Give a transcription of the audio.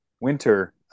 winter